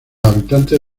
habitantes